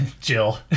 Jill